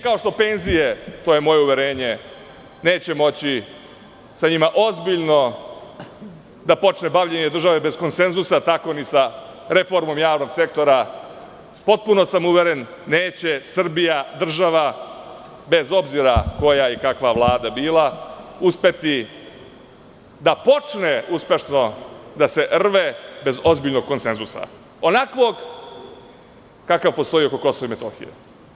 Kao što penzije, to je moje uverenje neće moći, sa njima ozbiljno da počne bavljenje države bez konsenzusa, tako ni sa reformom javnog sektora, potpuno sam uveren, neće Srbija država, bez obzira koja i kakva Vlada bila uspeti da počne uspešno da se rve, bez ozbiljnog konsenzusa onakvog kakav postoji oko KiM.